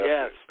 Yes